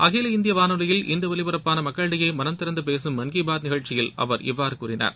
அகில இந்திய வானொலியில் இன்று ஒலிபரப்பான மக்களிடையே மனம் திறந்து பேசும் மன் கி பாத் நிகழ்ச்சியில் அவர் இவ்வாறு கூறினார்